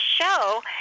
show